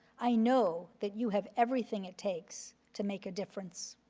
i know that you have everything it takes to make a difference.